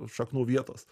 šaknų vietos